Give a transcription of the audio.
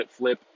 flipflip